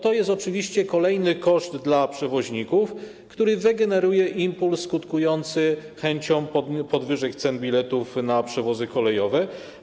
To jest oczywiście kolejny koszt dla przewoźników, który wygeneruje impuls skutkujący chęcią podwyższenia cen biletów na przewozy kolejowe.